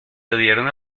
debieron